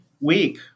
week